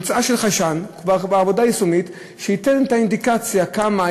המצאה של חיישן בעבודה היישומית שייתן את האינדיקציה כמה,